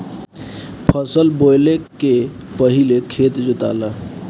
फसल बोवले के पहिले खेत जोताला